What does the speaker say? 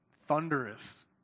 Thunderous